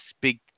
big